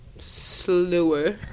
slower